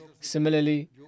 Similarly